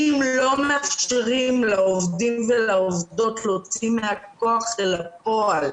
לא מאפשרים לעובדים ולעובדות להוציא מהכוח אל הפועל